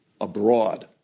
abroad